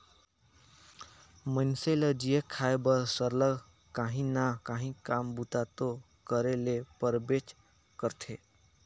मइनसे ल जीए खाए बर सरलग काहीं ना काहीं काम बूता दो करे ले परबेच करथे